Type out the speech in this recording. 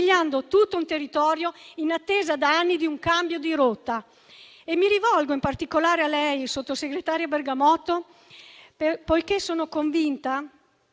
umiliando tutto un territorio in attesa da anni di un cambio di rotta. Mi rivolgo in particolare a lei, sottosegretario Bergamotto, poiché sono convinta